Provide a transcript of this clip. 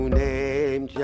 name